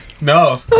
No